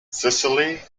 cicely